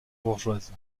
bourgeoise